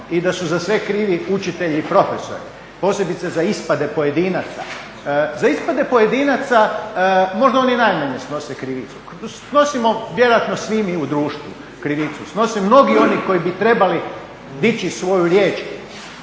i da su za sve krivi učitelji i profesori, posebice za ispade pojedinaca. Za ispade pojedinaca možda oni najmanje snose krivicu. Snosimo vjerojatno svi mi u društvu krivicu, snose mnogi oni koji bi trebali dići svoju riječ